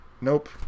nope